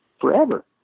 forever